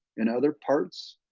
in other parts